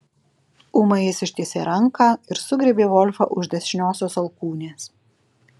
ūmai jis ištiesė ranką ir sugriebė volfą už dešiniosios alkūnės